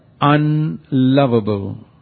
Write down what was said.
unlovable